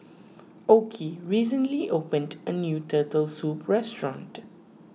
Okey recently opened a new Turtle Soup restaurant